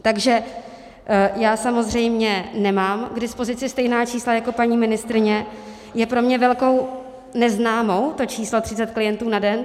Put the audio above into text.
Takže já samozřejmě nemám k dispozici stejná čísla jako paní ministryně, je pro mě velkou neznámou to číslo 30 klientů na den.